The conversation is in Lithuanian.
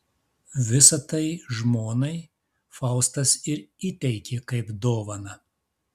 visa tai žmonai faustas ir įteikė kaip dovaną